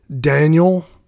daniel